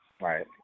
Right